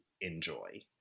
enjoy